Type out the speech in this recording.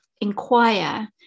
inquire